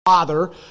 Father